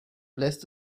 lässt